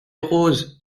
rose